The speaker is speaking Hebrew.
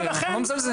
אנחנו לא מזלזלים בזה.